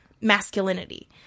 masculinity